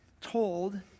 told